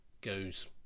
goes